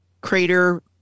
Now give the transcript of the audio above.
crater